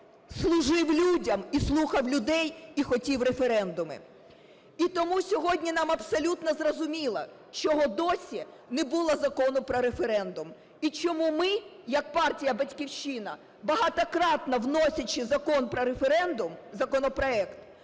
служив людям і слухав людей, і хотів референдуми. І тому сьогодні нам абсолютно зрозуміло, чого досі не було Закону про референдум і чому ми як партія "Батьківщина", багатократно вносячи Закон про референдум, законопроект,